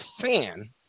fan